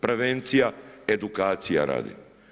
Prevencija, edukacija radi.